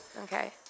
Okay